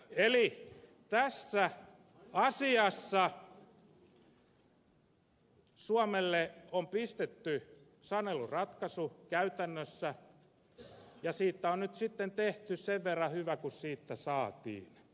eli tässä asiassa suomelle on pistetty saneluratkaisu käytännössä ja siitä on nyt sitten tehty sen verran hyvä kuin siitä saatiin